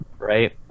right